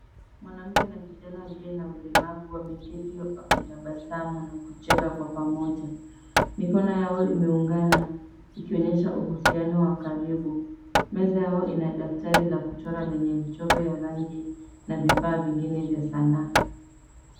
Mwanamke nakijana aliye na ulemavu wameketi wakitabasamu na kucheka kwa pamoja. Mikono yao imeungana, ikionyesha uhusiano wa karibu. Meza yao ina daftari la kuchora lenye michoro ya rangi na vifaa vingine vya sanaa.